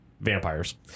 vampires